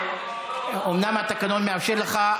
אומנם התקנון מאפשר לך,